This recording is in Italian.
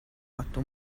fatto